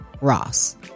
Ross